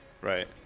Right